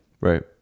right